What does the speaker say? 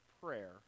prayer